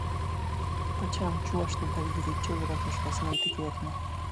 pačiam čiuožti dar greičiau yra kažkas neįtikėtino